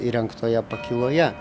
įrengtoje pakyloje